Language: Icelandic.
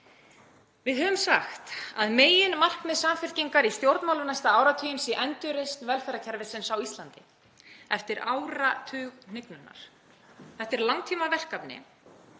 Við höfum sagt að meginmarkmið Samfylkingarinnar í stjórnmálum næsta áratuginn sé endurreisn velferðarkerfisins á Íslandi eftir áratug hnignunar. Það er langtímaverkefni